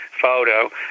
photo